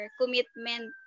commitment